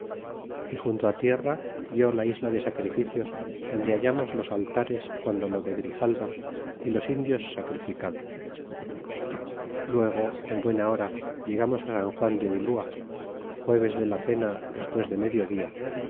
y junto á tierra vió la isla de sacrificios donde hallamos los altares guando lo de grijalva y los indios sacrificados y luego en buena hora llegamos á san juan de ulua juéves de la cena despues de medio dia